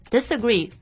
Disagree